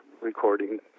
recording